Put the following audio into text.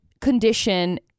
condition